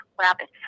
rabbits